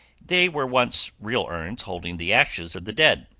they were once real urns holding the ashes of the dead.